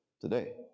today